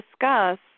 discuss